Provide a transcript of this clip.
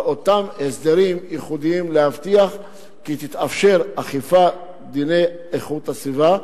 על אותם הסדרים ייחודיים להבטיח כי תתאפשר אכיפת דיני איכות הסביבה,